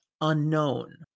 unknown